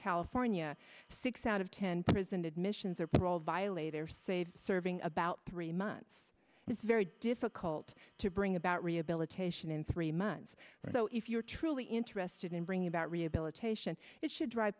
california six out of ten prison admissions or parole violators save serving about three months it's very difficult to bring about rehabilitation in three months so if you're truly interested in bringing about rehabilitation it should dri